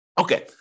Okay